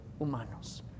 humanos